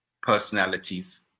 personalities